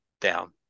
down